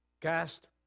cast